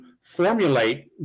formulate